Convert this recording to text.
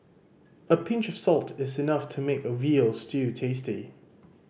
a pinch of salt is enough to make a veal stew tasty